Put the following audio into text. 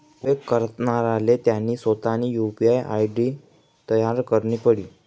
उपेग करणाराले त्यानी सोतानी यु.पी.आय आय.डी तयार करणी पडी